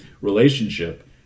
relationship